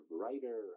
writer